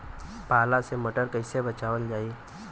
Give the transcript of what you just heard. पाला से मटर कईसे बचावल जाई?